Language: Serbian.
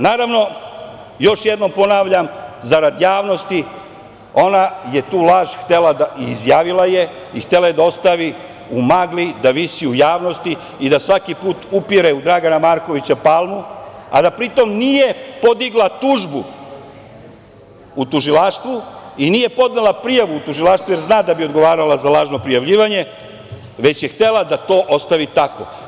Naravno, još jednom ponavljam, zarad javnosti, ona je tu laž izjavila i htela je da ostavi u magli, da visi u javnosti i da svaki put upire u Dragana Markovića Palmu, a da pritom nije podigla tužbu u tužilaštvu i nije podnela prijavu u tužilaštvu, jer zna da bi odgovarala za lažno prijavljivanje, već je htela da to ostavi takvo.